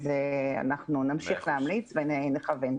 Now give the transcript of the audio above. אז אנחנו נמשיך להמליץ ונכוון.